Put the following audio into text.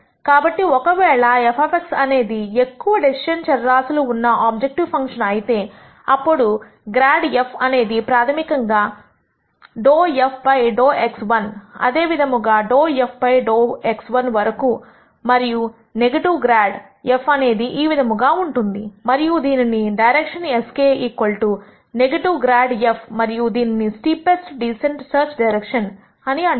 కాబట్టి ఒకవేళ f అనేది ఎక్కువ డెసిషన్ చరరాశులు ఉన్న ఆబ్జెక్టివ్ ఫంక్షన్ అయితే అప్పుడు గ్రాడ్ f అనేది ప్రాథమికంగా ∂f ∂x1 అదేవిధంగా ∂f ∂x1 వరకూ మరియు నెగిటివ్ గ్రాడ్ f అనేది ఈ విధముగా ఉంటుంది మరియు దీనిని direction sk negative grad f మరియు దీనిని స్టీపెస్ట్ డీసెంట్ సెర్చ్ డైరెక్షన్ అని అంటారు